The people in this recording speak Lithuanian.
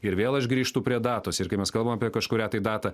ir vėl aš grįžtu prie datos ir kai mes kalbam apie kažkurią tai datą